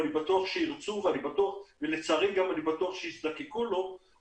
ואני בטוח שירצו ולצערי אני גם בטוח שיזדקקו לו,